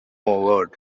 award